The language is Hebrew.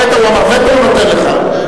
את הווטו הוא נותן לך.